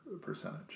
percentage